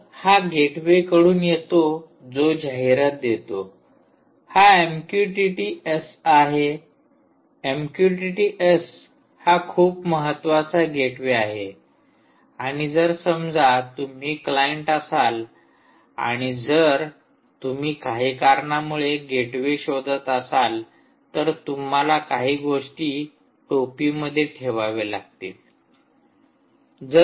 तर हा गेटवेकडून येतो जो जाहिरात देतो हा एमक्यूटीटी एस आहे एमक्यूटीटी एस हा खूप महत्वाचा गेटवे आहे आणि जर समजा तुम्ही क्लाइंट असाल आणि जर तुम्ही काही कारणामुळे गेटवे शोधात असाल तर तुम्हाला काही गोष्टी टोपीमध्ये ठेवाव्या लागतील